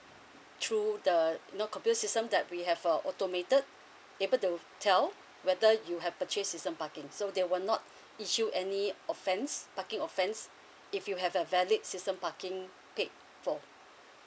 through the no computer system that we have uh automated able to tell whether you have purchase system parking so they were not issue any offence parking offence if you have a valid system parking paid for